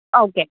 okay